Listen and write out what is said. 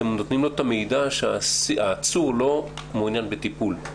אתם נותנים לו את המידע שהעצור לא מעוניין בטיפול?